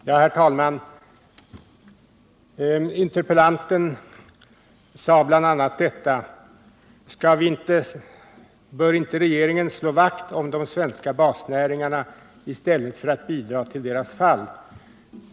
Herr talman! Interpellanten sade bl.a.: Bör inte regeringen slå vakt om de svenska basnäringarna i stället för att bidra till deras fall?